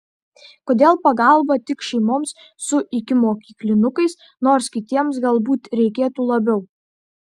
kodėl pagalba tik šeimoms su ikimokyklinukais nors kitiems galbūt reikėtų labiau